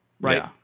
right